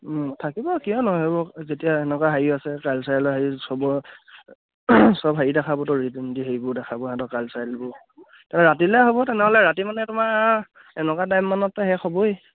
থাকিব কিয় নহয় যেতিয়া এনেকুৱা হেৰি আছে কালচাৰেলৰ হেৰি সব সব হেৰি দেখাবতো ৰীতি নাতি হেৰিবোৰ দেখাব সিহঁতৰ কালচাৰেলবোৰ তাৰপৰা ৰাতিলৈ হ'ব তেনেহ'লে ৰাতি মানে তোমাৰ এনেকুৱা টাইমমানতো শেষ হ'বই